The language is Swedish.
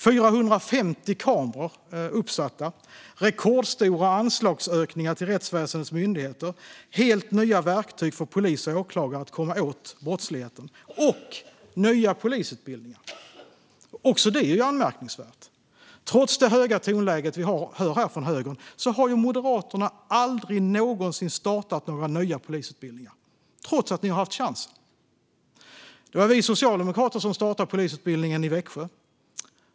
450 kameror har satts upp, och det har gjorts rekordstora anslagsökningar till rättsväsendets myndigheter. Det finns helt nya verktyg för att polis och åklagare ska komma åt brottsligheten, och vi har nya polisutbildningar. Också det är anmärkningsvärt: Trots det höga tonläge vi hör från höger har Moderaterna aldrig någonsin startat några nya polisutbildningar, trots att man har haft chansen. Det var vi socialdemokrater som startade polisutbildningen i Växjö.